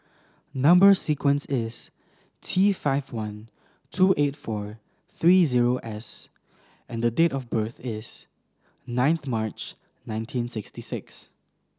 number sequence is T five one two eight four three zero S and date of birth is ninth March nineteen sixty six